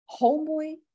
Homeboy